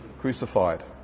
crucified